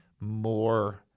more